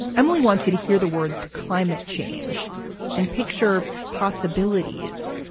emily wants you to hear the words climate change and picture possibilities.